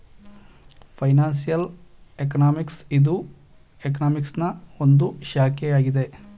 financial economics ಇದು ಎಕನಾಮಿಕ್ಸನಾ ಒಂದು ಶಾಖೆಯಾಗಿದೆ